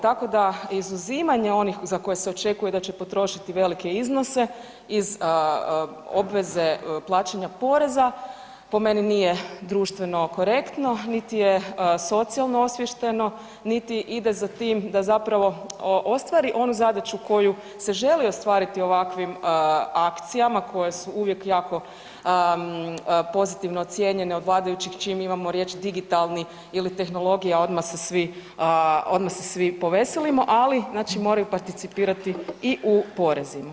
Tako da izuzimanje onih za koje se očekuje da će potrošiti velike iznose iz obveze plaćanja poreza po meni nije društveno korektno, niti je socijalno osviješteno, niti ide za tim da zapravo ostvari onu zadaću koju se želi ostvariti ovakvim akcijama koje su uvijek jako pozitivno ocjenjene od vladajućih čim imamo riječ digitalni ili tehnologija odmah se svi, odmah se svi poveselimo, ali znači moraju participirati i u porezima.